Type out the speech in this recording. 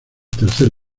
tercer